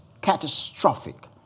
catastrophic